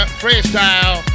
freestyle